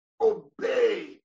Obey